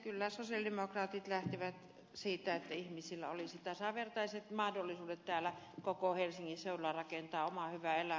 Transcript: kyllä sosialidemokraatit lähtevät siitä että ihmisillä olisi tasavertaiset mahdollisuudet täällä koko helsingin seudulla rakentaa omaa hyvää elämäänsä